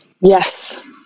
Yes